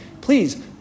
please